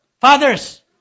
Fathers